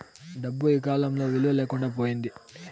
డబ్బు ఈకాలంలో విలువ లేకుండా పోయింది